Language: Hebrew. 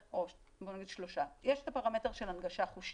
יש את הפרמטר של הנגשה חושית.